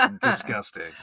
Disgusting